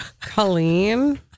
Colleen